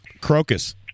Crocus